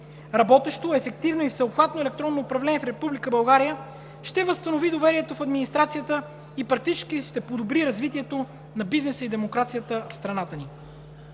Работещо, ефективно и всеобхватно електронно управление в Република България ще възстанови доверието в администрацията и практически ще подобри развитието на бизнеса и демокрацията в страната ни.